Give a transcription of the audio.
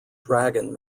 dragon